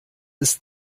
ist